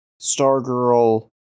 Stargirl